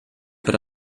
per